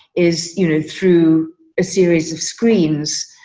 is unique through a series of screens.